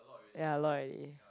ya a lot already